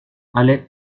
allait